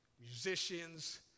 musicians